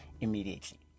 immediately